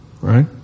right